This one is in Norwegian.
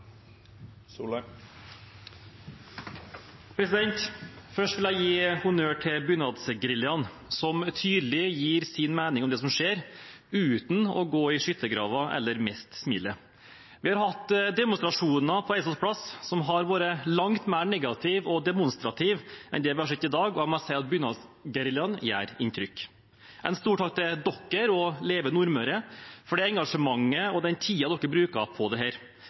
rammebetingelser. Først vil jeg gi honnør til bunadsgeriljaen, som tydelig gir uttrykk for sin mening om det som skjer – uten å gå i skyttergraven eller miste smilet. Vi har hatt demonstrasjoner på Eidsvolls plass som har vært langt mer negative og demonstrative enn det vi har sett i dag. Og jeg må si at bunadsgeriljaen gjør inntrykk. En stor takk til dere og Leve Nordmøre for det engasjementet og den tiden dere bruker på